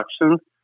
production